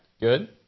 Good